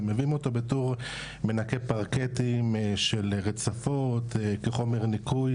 הם מביאים אותו בתור מנקה פרקטים של רצפות כחומר ניקוי,